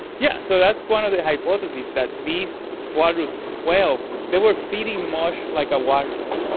yeah so that's one of the hypotheses, that these walrus whales, they were feeding much like a walrus.